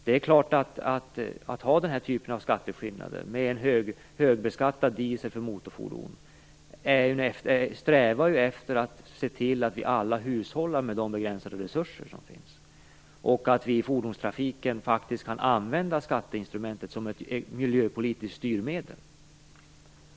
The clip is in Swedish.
Det är klart att den här typen av skatteskillnader, med en högbeskattad diesel för motorfordon, innebär ju en strävan efter att se till att vi alla hushållar med de begränsade resurserna. Vi kan faktiskt använda skatteinstrumentet som ett miljöpolitiskt styrmedel.